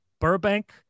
burbank